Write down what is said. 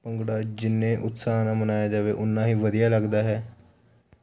ਭੰਗੜਾ ਜਿੰਨੇ ਉਤਸਾਹ ਨਾਲ ਮਨਾਇਆ ਜਾਵੇ ਉਨਾ ਹੀ ਵਧੀਆ ਲੱਗਦਾ ਹੈ